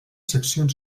seccions